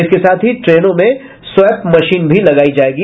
इसके साथ ही ट्रेनों में स्वैप मशीन लगायी जायेगी